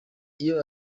iyo